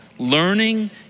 Learning